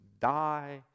die